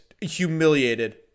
humiliated